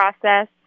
process